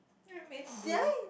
I miss blue